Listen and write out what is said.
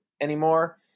anymore